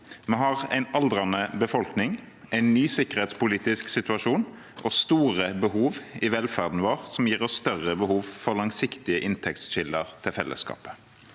Vi har en aldrende befolkning, en ny sikkerhetspolitisk situasjon og store behov i velferden vår som gir oss større behov for langsiktige inntektskilder til fellesskapet.